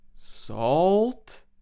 Salt